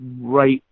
right